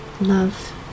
Love